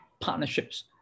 partnerships